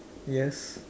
yes